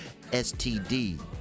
STD